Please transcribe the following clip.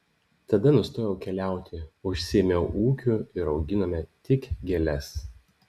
tada nustojau keliauti užsiėmiau ūkiu ir auginome tik gėles